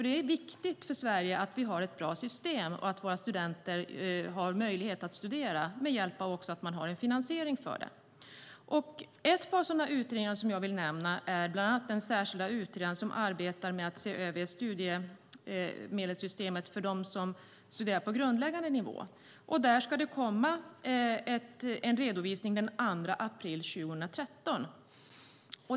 Det är viktigt för Sverige att vi har ett bra system och att våra studenter har möjlighet att studera med hjälp av att de har en finansiering för det. En sådan utredning som jag vill nämna är den särskilda utredning som arbetar med att se över studiemedelssystemet för dem som studerar på grundläggande nivå. Där ska det komma en redovisning den 2 april 2013.